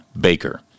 Baker